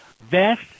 Vest